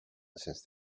since